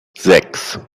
sechs